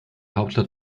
hauptstadt